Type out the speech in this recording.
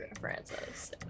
Francis